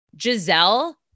Giselle